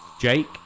Jake